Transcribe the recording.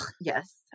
Yes